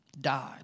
died